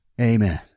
Amen